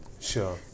Sure